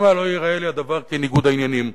שמא לא ייראה לי הדבר כניגוד עניינים.